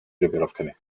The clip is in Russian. группировками